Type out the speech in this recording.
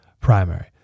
primary